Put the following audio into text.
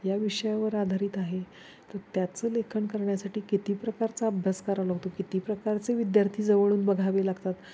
या विषयावर आधारित आहे तर त्याचं लेखन करण्यासाठी किती प्रकारचा अभ्यास करावा लावतो किती प्रकारचे विद्यार्थी जवळून बघावे लागतात